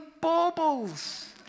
baubles